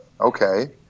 Okay